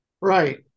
right